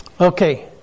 Okay